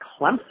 Clemson